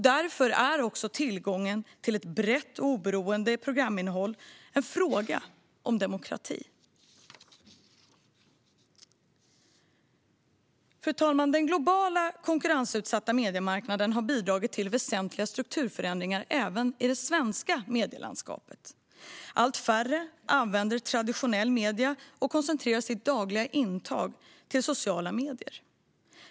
Därför är också tillgången till ett brett och oberoende programinnehåll en fråga om demokrati. Fru talman! Den globala konkurrensutsatta mediemarknaden har bidragit till väsentliga strukturförändringar även i det svenska medielandskapet. Allt färre använder traditionella medier och koncentrerar sitt dagliga intag till sociala medier.